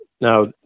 Now